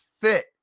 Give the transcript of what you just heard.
fit